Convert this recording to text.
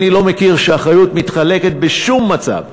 אני לא מכיר שהאחריות מתחלקת בשום מצב.